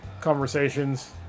conversations